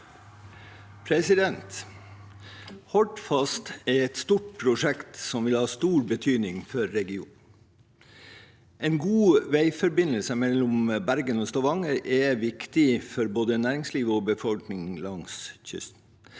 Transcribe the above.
Hordfast er et stort prosjekt som vil ha stor betydning for regionen. En god veiforbindelse mellom Bergen og Stavanger er viktig for både næringslivet og befolkningen langs kysten.